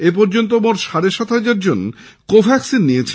এপর্যন্ত মোট সাড়ে সাত হাজার জন কো ভ্যাকসিন নিয়েছেন